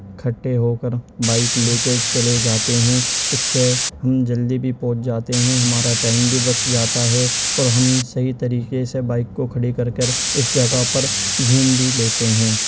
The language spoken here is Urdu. اکٹھے ہو کر بائک لے کے چلے جاتے ہیں اس سے ہم جلدی بھی پہنچ جاتے ہیں ہمارا ٹائم بھی بچ جاتا ہے اور ہم صحیح طریقے سے بائک کو کھڑی کر کر اس جگہ پر گھوم بھی لیتے ہیں